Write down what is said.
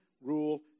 rule